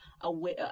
aware